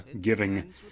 giving